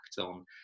on